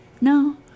No